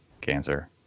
cancer